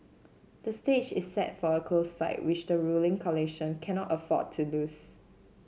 the stage is set for a close fight which the ruling coalition cannot afford to lose